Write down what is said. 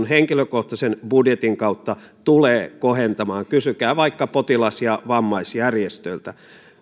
henkilökohtaisen budjetin kautta tulee kohentamaan kysykää vaikka potilas ja vammaisjärjestöiltä